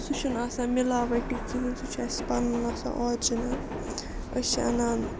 سُہ چھُنہٕ آسان مِلاؤٹی کِہیٖنۍ سُہ چھُ اَسہِ پنٛنُن آسان اورجِنَل أسۍ چھِ اَنان